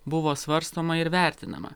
buvo svarstoma ir vertinama